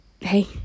hey